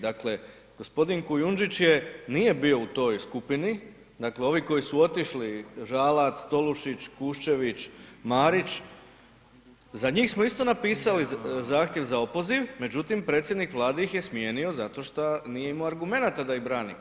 Dakle g. Kujundiž je, nije bio u toj skupini, dakle ovi koji su otišli, Žalac, Tolušić, Kuščević, Marić za njih smo isto napisali zahtjev za opoziv, međutim predsjednik Vlade ih je smijenio zato što nije imao argumenata da ih brani.